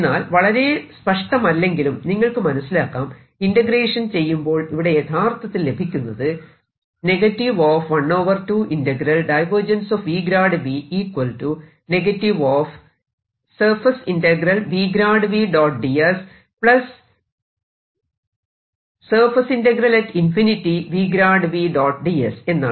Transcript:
എന്നാൽ വളരെ സ്പഷ്ടമല്ലെങ്കിലും നിങ്ങൾക്ക് മനസിലാക്കാം ഇന്റഗ്രേഷൻ ചെയ്യുമ്പോൾ ഇവിടെ യഥാർത്ഥത്തിൽ ലഭിക്കുന്നത് എന്നാണ്